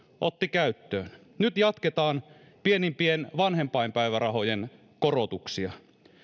otti käyttöön nyt jatketaan pienimpien vanhempainpäivärahojen korotuksia